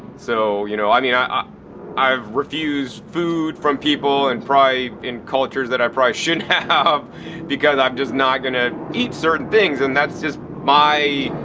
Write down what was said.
so, you know, i mean ah i've refused food from people and probably in cultures that i probably shouldn't have because i'm just not going to eat certain things and that's just my,